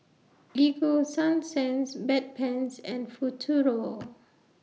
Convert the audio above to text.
Ego Sunsense Bedpans and Futuro